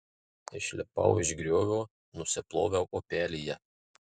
išlipau iš griovio nusiploviau upelyje